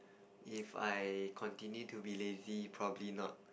if I continue to be lazy probably not